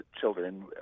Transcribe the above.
children